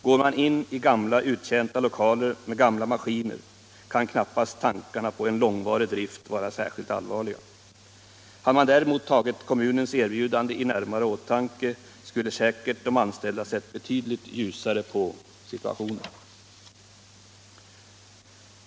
Går man in i gamla uttjänta lokaler med gamla maskiner kan knappast tankarna på en långvarig drift vara särskilt allvarliga. Hade man däremot mera tagit fasta på kommunens erbjudande, skulle säkert de anställda sett betydligt ljusare på situationen.